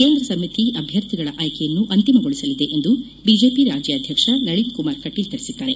ಕೇಂದ್ರ ಸಮಿತಿ ಅಭ್ಯರ್ಥಿಗಳ ಆಯ್ಕೆಯನ್ನು ಅಂತಿಮಗೊಳಿಸಲಿದೆ ಎಂದು ಬಿಜೆಪಿ ರಾಜ್ಯಾಧ್ಯಕ್ಷ ನಳಿನ್ಕುಮಾರ್ ಕಟೀಲ್ ತಿಳಿಸಿದ್ದಾರೆ